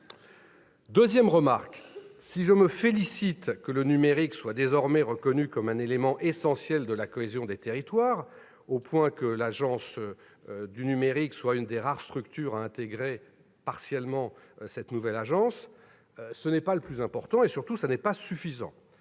Deuxième remarque, si je me félicite que le numérique soit désormais reconnu comme un élément essentiel de la cohésion des territoires- au point que l'Agence du numérique est l'une des rares structures à intégrer partiellement cette nouvelle agence -, ce n'est pas le plus important et surtout ce n'est pas suffisant.